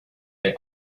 they